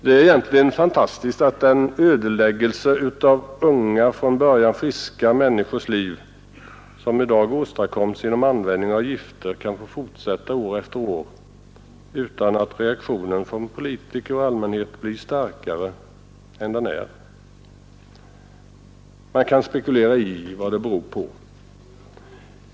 Det är egentligen fantastiskt att den ödeläggelse av unga och från början friska människors liv som i dag åstadkommes genom användning av gifter kan få fortsätta år efter år utan att reaktionen från politiker och allmänhet blir starkare än den är. Man kan spekulera i vad det beror på.